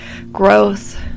Growth